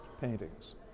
paintings